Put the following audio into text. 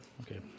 Okay